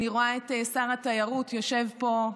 אני רואה את שר התיירות יושב פה.